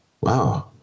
Wow